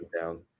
Down